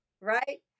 Right